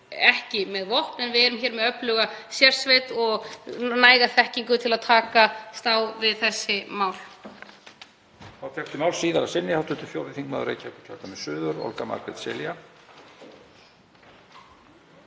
ekki með vopn. En við erum með öfluga sérsveit og næga þekkingu til að takast á við þessi mál.